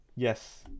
Yes